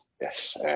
yes